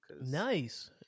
Nice